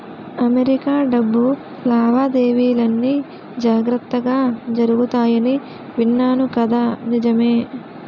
America డబ్బు లావాదేవీలన్నీ జాగ్రత్తగా జరుగుతాయని విన్నాను కదా నిజమే